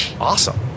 awesome